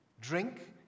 drink